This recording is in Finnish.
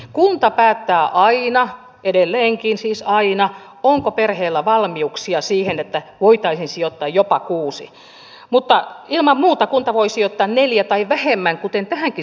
kunta päättää aina edelleenkin siis aina onko perheellä valmiuksia siihen että voitaisiin sijoittaa jopa kuusi mutta ilman muuta kunta voi sijoittaa neljä tai vähemmän kuten tähänkin saakka